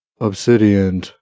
Obsidian